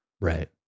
Right